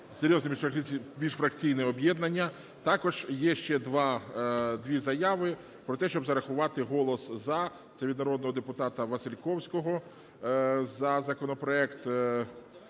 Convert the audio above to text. Серйозне міжфракційне об'єднання. Також є ще дві заяви про те, щоб зарахувати голос "за", це від народного депутата Васильковського, за законопроект